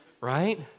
right